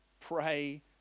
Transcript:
pray